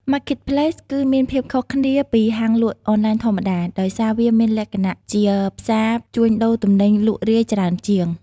Marketplace គឺមានភាពខុសគ្នាពីហាងលក់អនឡាញធម្មតា ដោយសារវាមានលក្ខណៈជាផ្សារជួញដូរទំនិញលក់រាយច្រើនជាង។